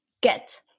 get